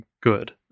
good